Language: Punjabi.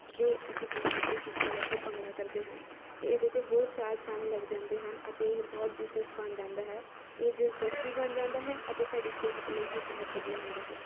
ਜੇ ਅਸੀਂ ਪੰਜਾਬੀ ਗੀਤ ਲਗਾ ਕੇ ਭੰਗੜਾ ਕਰਦੇ ਹਾਂ ਤਾਂ ਇਹਦੇ 'ਤੇ ਹੋਰ ਚਾਰ ਚੰਦ ਲੱਗ ਜਾਂਦੇ ਹਨ ਅਤੇ ਇਹ ਬਹੁਤ ਦਿਲਚਸਪ ਬਣ ਜਾਂਦਾ ਹੈ ਇਹ ਦਿਲਚਸਪ ਵੀ ਬਣ ਜਾਂਦਾ ਹੈ ਅਤੇ ਸਾਡੀ ਸਿਹਤ ਲਈ ਵੀ ਬਹੁਤ ਵਧੀਆ ਹੁੰਦਾ ਹੈ